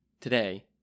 today